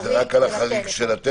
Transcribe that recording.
כל זה רק על החריג של הטלפון?